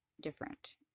different